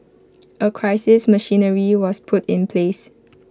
A crisis machinery was put in place